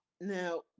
Now